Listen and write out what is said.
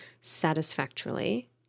satisfactorily